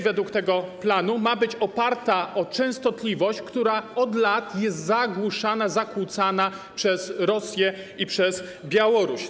Według tego planu sieć ma być oparta o częstotliwość, która od lat jest zagłuszana, zakłócana przez Rosję i Białoruś.